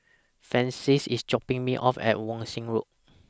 Francis IS dropping Me off At Wan Shih Road